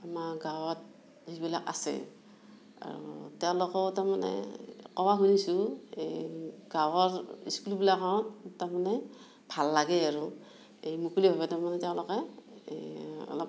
আমাৰ গাঁৱত যিবিলাক আছে আৰু তেওঁলোকেও তাৰমানে ক'ব খুজিছোঁ এই গাঁৱৰ স্কুলবিলাকত তাৰমানে ভাল লাগেই আৰু এই মুকলিভাৱে তাৰমানে তেওঁলোকে অলপ